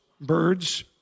birds